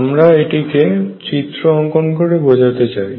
আমরা এটির চিত্র অঙ্কন করে বোঝাতে চাই